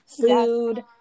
food